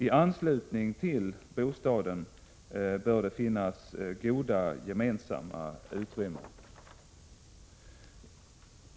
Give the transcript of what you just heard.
I anslutning till bostaden bör det finnas goda gemensamma utrymmen.